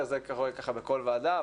זה קורה בכל ועדה,